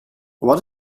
wat